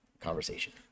conversation